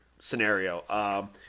scenario